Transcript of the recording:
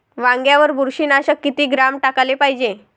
वांग्यावर बुरशी नाशक किती ग्राम टाकाले पायजे?